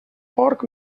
porc